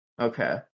Okay